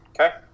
Okay